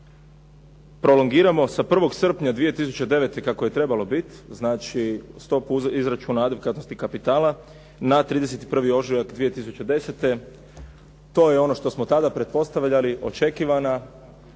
prolongiramo sa 1. srpnja 2009. kako je trebalo biti, znači stopu izračuna adekvatnosti kapitala na 31. ožujak 2010. to je ono što smo tada pretpostavljali očekivana